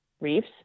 reefs